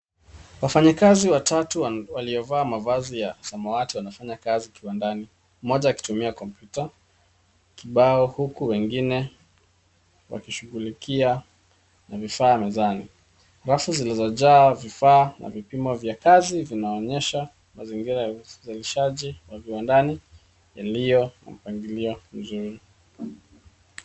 Wafanyakazi watatu waliovaa mavazi ya samawati wanafanya kazi kiwandani. Mmoja akitumia kompyuta kibao huku wengine wakishugulikia na vifaa mezani. Rafu zilizojaa vifaa na vipimo vya kazi vinaonyesha mazingira ya uzalishaji wa viwandani yalio na mpangilio mzuri.